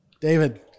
David